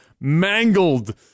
mangled